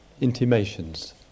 intimations